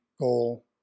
goal